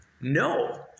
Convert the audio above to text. No